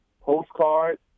postcard